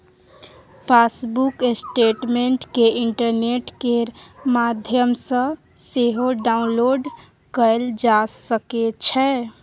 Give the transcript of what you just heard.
passbook statement केँ internet केर माध्यमसँ सेहो डाउनलोड कएल जा सकै छै